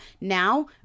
now